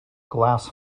glass